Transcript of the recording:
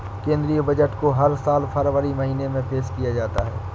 केंद्रीय बजट को हर साल फरवरी महीने में पेश किया जाता है